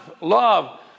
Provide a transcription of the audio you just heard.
love